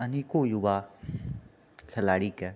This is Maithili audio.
अनेको यूवा खेलाड़ीके